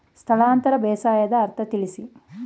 ಸ್ಥಳಾಂತರ ಬೇಸಾಯದ ಅರ್ಥ ತಿಳಿಸಿ?